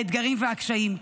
האתגרים והקשיים?